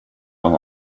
own